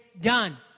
done